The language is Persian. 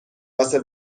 واسه